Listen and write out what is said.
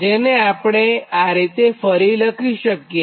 જેને આપણે આ રીતે ફરી લખી શકીએ